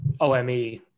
OME